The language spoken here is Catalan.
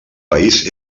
país